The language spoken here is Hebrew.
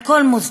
על כל מוסדותיה,